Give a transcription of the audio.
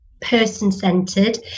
person-centered